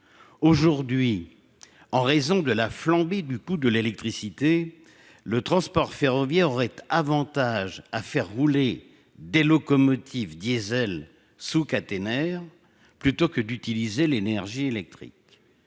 ferroviaire. En raison de la flambée actuelle du prix de l'électricité, le transport ferroviaire aurait avantage à faire rouler des locomotives diesel sous caténaire plutôt que d'utiliser l'énergie électrique.